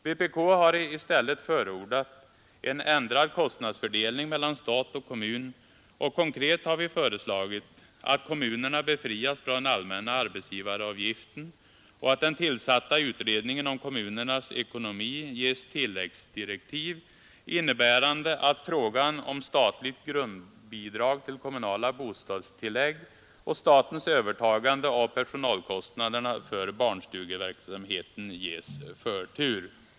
Vpk har i stället förordat en ändrad kostnadsfördelning mellan stat och kommun, och konkret har vi föreslagit att kommunerna befrias från den allmänna arbetsgivaravgiften och att den tillsatta utredningen om kommunernas ekonomi ges tilläggsdirektiv, innebärande att frågan om statligt grundbidrag till kommunala bostadstillägg och statens övertagande av personalkostnaderna för barnstugeverksamheten ges förtur.